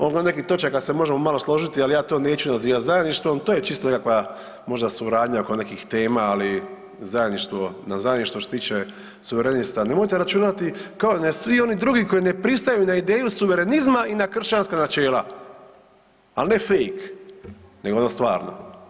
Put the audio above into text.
Oko nekih točaka se možemo malo složiti, ali ja to neću nazivati zajedništvom to je čisto nekakva možda suradnja oko nekih tema, ali zajedništvo što se tiče suverenista nemojte računati kao ni svi oni drugi koji ne pristaju na ideju suverenizma i na kršćanska načela, ali ne fake, nego ono stvarno.